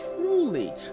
truly